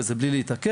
זה בלי להתעכב,